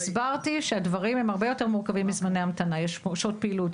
הסברתי שהדברים הם הרבה יותר מורכבים מזמני המתנה: יש שעות פעילות,